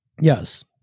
Yes